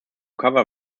cover